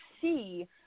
see